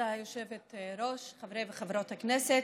כבוד היושבת-ראש, חברי וחברות הכנסת,